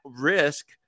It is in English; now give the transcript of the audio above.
risk